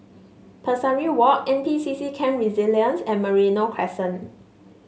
Pesari Walk N P C C Camp Resilience and Merino Crescent